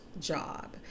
job